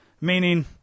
meaning